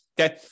Okay